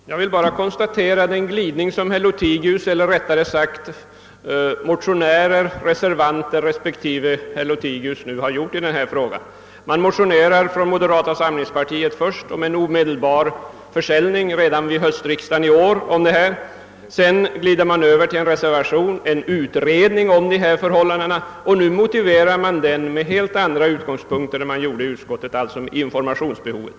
Herr talman! Jag vill bara konstatera den glidning som motionärer, reservanter respektive herr Lothigius gjort i denna fråga. Moderata samlingspartiet motionerar först om beslut redan vid höstriksdagen om en omedelbar försäljning av aktier i LKAB. Sedan glider man över till en reservation med förslag om utredning av förhållandena och nu motiveras denna reservation från helt andra utgångspunkter än i utskottet, nämligen med informationsbehovet.